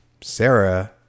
Sarah